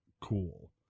cool